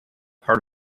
part